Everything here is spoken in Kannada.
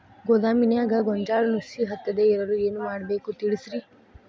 ಗೋದಾಮಿನ್ಯಾಗ ಗೋಂಜಾಳ ನುಸಿ ಹತ್ತದೇ ಇರಲು ಏನು ಮಾಡಬೇಕು ತಿಳಸ್ರಿ